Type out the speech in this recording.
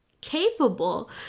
capable